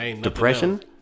depression